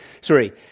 sorry